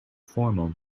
formal